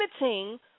limiting